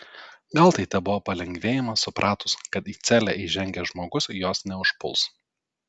gal tai tebuvo palengvėjimas supratus kad į celę įžengęs žmogus jos neužpuls